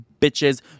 bitches